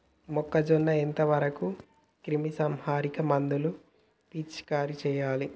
మొక్కజొన్న ఎంత వరకు క్రిమిసంహారక మందులు పిచికారీ చేయాలి?